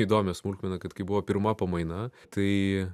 įdomią smulkmeną kad kai buvo pirma pamaina tai